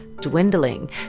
dwindling